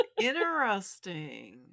interesting